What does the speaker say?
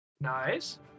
Nice